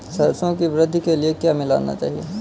सरसों की वृद्धि के लिए क्या मिलाना चाहिए?